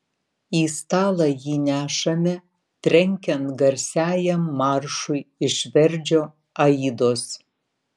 į stalą jį nešame trenkiant garsiajam maršui iš verdžio aidos